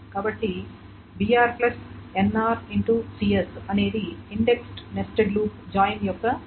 కాబట్టి br nr X cs అనేది indexed nested loop join యొక్క కాస్ట్